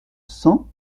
cent